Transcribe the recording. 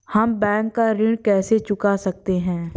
हम बैंक का ऋण कैसे चुका सकते हैं?